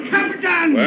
Captain